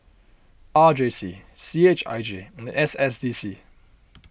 R J C C H I J and S S C C